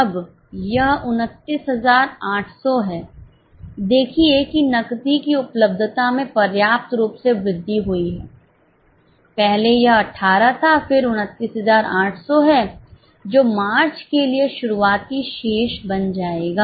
अब यह 29800 है देखिए कि नकदी की उपलब्धता में पर्याप्त रूप से वृद्धि हुई है पहले यह 18 था फिर 29800 है जो मार्च के लिए शुरुआती शेष राशि बन जाएगा